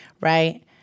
right